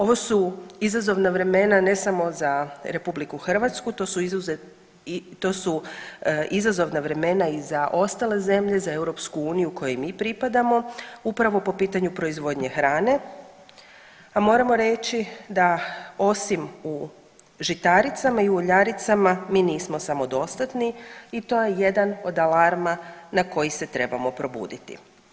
Ovo su izazovna vremena ne samo za RH, to su izazovna vremena i za ostale zemlje za EU kojoj mi pripadamo upravo po pitanju proizvodnje hrane, a moramo reći da osim u žitaricama i uljaricama mi nismo samodostatni i to je jedan od alarma na koji se trebamo probuditi.